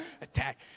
Attack